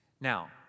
Now